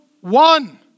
one